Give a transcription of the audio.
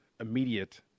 immediate